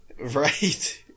Right